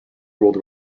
world